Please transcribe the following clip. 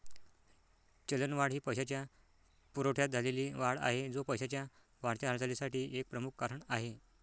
चलनवाढ ही पैशाच्या पुरवठ्यात झालेली वाढ आहे, जो पैशाच्या वाढत्या हालचालीसाठी एक प्रमुख कारण आहे